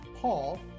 Paul